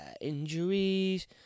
injuries